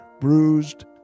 bruised